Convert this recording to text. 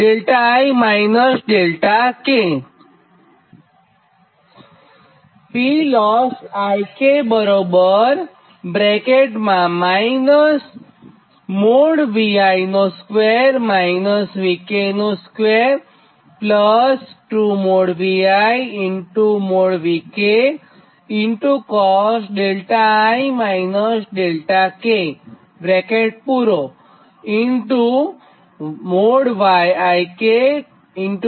સમીકરણ 38